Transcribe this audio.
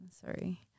sorry